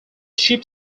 ship